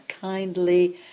kindly